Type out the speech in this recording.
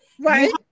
Right